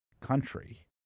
country